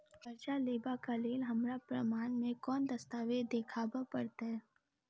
करजा लेबाक लेल हमरा प्रमाण मेँ कोन दस्तावेज देखाबऽ पड़तै?